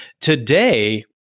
Today